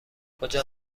کجا